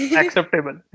acceptable